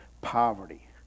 poverty